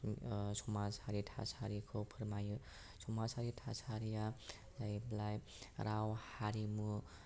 ओ समाजारि थासारिखौ फोरमायो समाजारि थासारिआ जाहैबाय ओ राव हारिमु